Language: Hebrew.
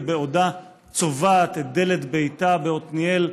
ובעודה צובעת את דלת ביתה בעתניאל,